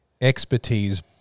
expertise